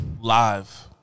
Live